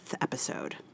episode